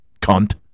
cunt